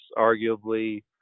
arguably